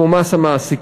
כמו מס המעסיקים,